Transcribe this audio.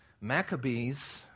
Maccabees